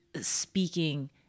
speaking